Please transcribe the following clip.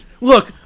Look